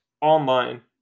online